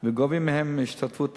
וגובים מהם השתתפות עצמית.